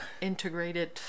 integrated